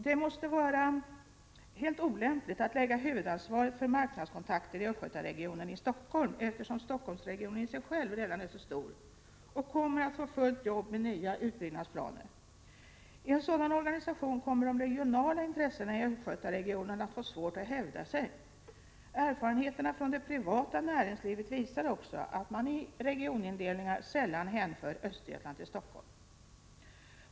Det måste vara helt olämpligt att lägga huvudansvaret för marknadskon4q takter i Östgötaregionen i Stockholm, eftersom Stockholmsregionen i si själv redan är så stor och kommer att få fullt med jobb med de Ära utbyggnadsplanerna. I en sådan organisation kommer de regionala intresse4 na i Östgötaregionen att få svårt att hävda sig. Erfarenheterna från de privata näringslivet visar också att man i regionindelningar sällan hänför Östergötland till Stockholm.